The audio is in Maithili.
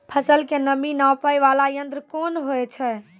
फसल के नमी नापैय वाला यंत्र कोन होय छै